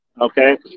Okay